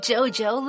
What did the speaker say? Jojo